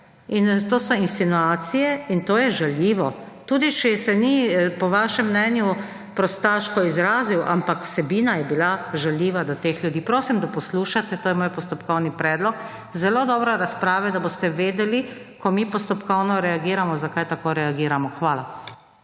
in to so insinuacije in to je žaljivo. Tudi, če se ni po vašem mnenju prostaško izrazil, ampak vsebina je bila žaljiva do teh ljudi. Prosim, da poslušate, to je moj postopkovni predlog zelo dobre razprave, da boste vedeli, ko mi postopkovno reagiramo, zakaj tako reagiramo. Hvala.